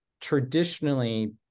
traditionally